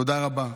תודה רבה.